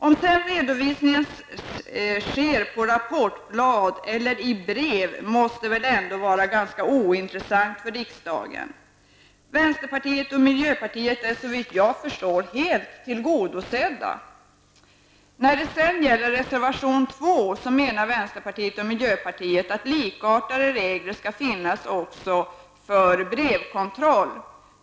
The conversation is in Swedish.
Om sedan redovisningen sker på ett rapportblad eller i brev måste väl ändå vara ganska ointressant för riksdagen. Vänsterpartiets och miljöpartiets krav är såvitt jag förstår helt tillgodosedda. I reservation nr 2 anför vänsterpartiet och miljöpartiet att likartade regler skall finnas också för brevkontroll.